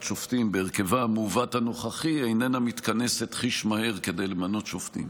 שופטים בהרכבה המעוות הנוכחי איננה מתכנסת חיש מהר כדי למנות שופטים.